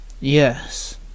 Yes